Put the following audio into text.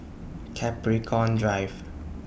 Capricorn Drive